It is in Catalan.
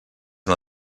una